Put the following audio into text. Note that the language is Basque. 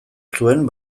zuen